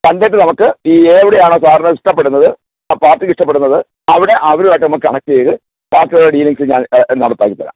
കണ്ടിട്ട് നമുക്ക് ഈ ഏവിടെയാണോ സാറിന് ഇഷ്ടപ്പെടുന്നത് ആ പാര്ട്ടിക്ക് ഇഷ്ടപ്പെടുന്നത് അവിടെ അവരുവായിട്ട് നമുക്ക് കണക്ട് ചെയ്ത് ബാക്കി ഉള്ള ഡീലിങ്സ് ഞാൻ നടപ്പാക്കിത്തരാം